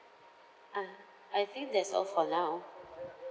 ah I think that's all for now